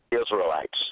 Israelites